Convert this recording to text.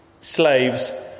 Slaves